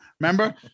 Remember